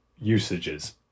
usages